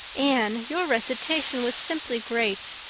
anne, your recitation was simply great,